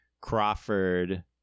Crawford